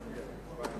התש"ע 2010,